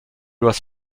was